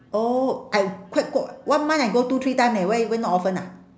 oh I quite q~ one month I go two three time leh why you went not often ah